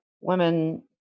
women